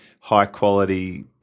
high-quality